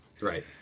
Right